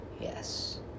yes